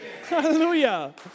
Hallelujah